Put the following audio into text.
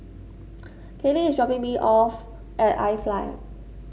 Kallie is dropping me off at iFly